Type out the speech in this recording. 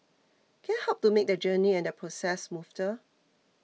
can I help make that journey and that process